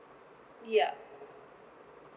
yup